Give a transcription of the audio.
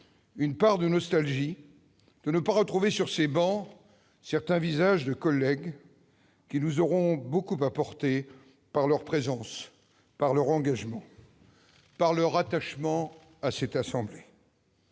faire part de ma nostalgie de ne pas revoir sur ces travées certains visages de collègues qui nous auront beaucoup apporté par leur présence, leur engagement, leur attachement à cette assemblée.